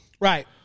Right